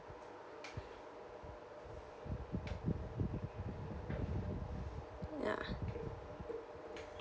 ya